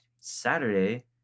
Saturday